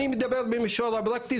אני מדבר במישור הפרקטי,